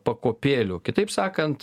pakopėlių kitaip sakant